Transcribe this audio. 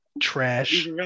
Trash